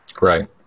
right